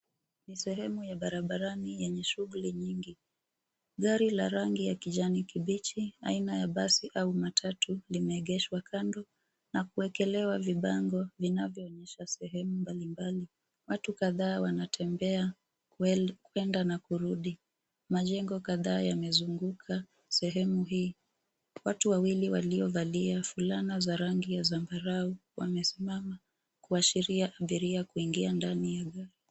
Ni sehemu ya barabarani yenye shughuli nyingi. Gari la rangi ya kijani kibichi aina ya basi au matatu limeegeshwa kando na kuekelewa vibango vinavyoonyesha sehemu mbalimbali. Watu kadhaa wanatembea kuenda na kurudi. Majengo kadhaa yamezunguka sehemu hii. Watu wawili waliovalia fulana za rangi ya zambarau wamesimama kuashiria abiria kuingia ndani ya gari.